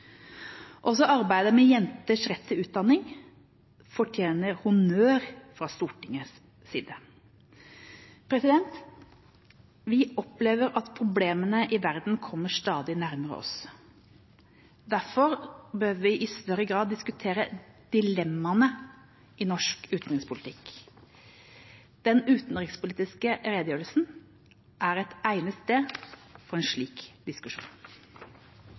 Også arbeidet med jenters rett til utdanning fortjener honnør fra Stortingets side. Vi opplever at problemene i verden kommer stadig nærmere oss. Derfor bør vi i større grad diskutere dilemmaene i norsk utenrikspolitikk. Den utenrikspolitiske redegjørelsen er et egnet sted for en slik diskusjon.